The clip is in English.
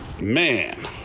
Man